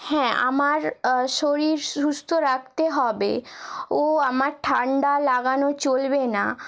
হ্যাঁ আমার শরীর সুস্থ রাখতে হবে ও আমার ঠান্ডা লাগানো চলবে না